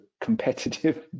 competitive